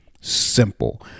simple